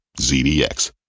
ZDX